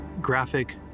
graphic